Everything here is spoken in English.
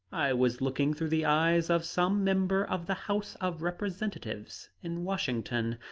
i was looking through the eyes of some member of the house of representatives, in washington.